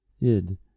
Id